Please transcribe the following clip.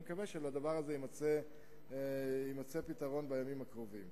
אני מקווה שיימצא פתרון בימים הקרובים.